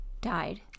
died